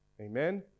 Amen